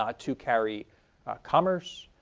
ah to carry commerce,